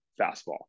fastball